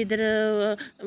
इद्धर